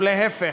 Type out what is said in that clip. ולהפך,